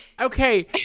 Okay